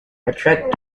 attract